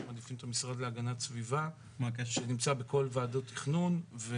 מציעים את המשרד להגנת הסביבה שנמצא בכל ועדות תכנון.